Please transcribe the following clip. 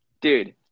dude